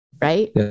right